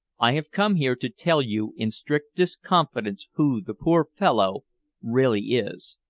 i have come here to tell you in strictest confidence who the poor fellow really is.